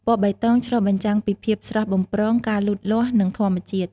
ពណ៌បៃតង ឆ្លុះបញ្ចាំងពីភាពស្រស់បំព្រង ការលូតលាស់ និងធម្មជាតិ។